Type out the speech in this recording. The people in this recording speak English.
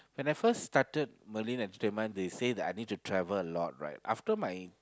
when I first started marine entertainment they say I need to travel a lot right after my